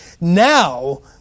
now